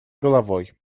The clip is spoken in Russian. головой